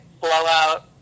blowout